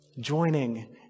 joining